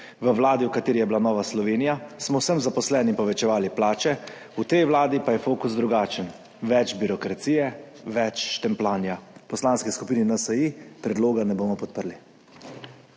V vladi, v kateri je bila Nova Slovenija, smo vsem zaposlenim povečevali plače, v tej vladi pa je fokus drugačen, več birokracije, več štempljanja. V Poslanski skupini NSi predloga ne bomo podprli.